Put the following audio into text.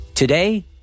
Today